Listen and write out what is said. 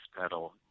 pedal